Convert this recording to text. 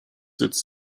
its